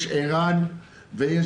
יש את ער"ן, את